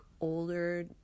older